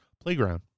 playground